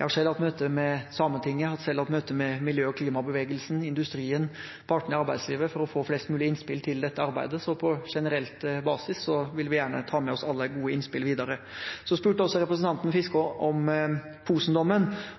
Jeg har selv hatt møte med Sametinget, jeg har hatt møte med miljø- og klimabevegelsen, industrien og partene i arbeidslivet for å få flest mulig innspill til dette arbeidet, så på generell basis vil vi gjerne ta med oss alle gode innspill videre. Så spurte representanten Fiskaa om